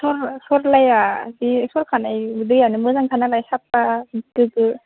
सरलाया जि सरखानाय दैयानो मोजांखानालाय साफा गोग्गो